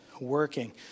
working